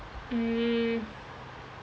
mm